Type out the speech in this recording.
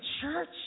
church